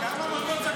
כמה מוסדות סגרתם?